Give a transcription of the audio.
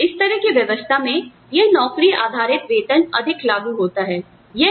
तो इस तरह की व्यवस्था में यह नौकरी आधारित वेतन अधिक लागू होता है